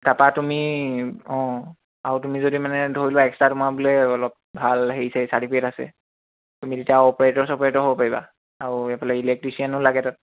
তাৰপৰা তুমি অঁ আৰু তুমি যদি মানে ধৰি লোৱা এক্সট্ৰা তোমাৰ বোলে অলপ ভাল হেৰি ছেৰি চাৰ্টিফিকেট আছে তুমি তেতিয়া অপাৰেটৰ চপাৰেটৰ হ'ব পাৰিবা আৰু এইফালে ইলেক্ট্ৰিচিয়ানো লাগে তাত